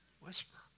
Whisper